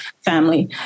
family